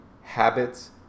habits